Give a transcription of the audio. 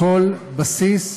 כל בסיס,